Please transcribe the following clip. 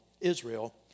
Israel